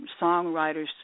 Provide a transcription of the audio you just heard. Songwriters